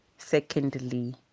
Secondly